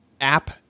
App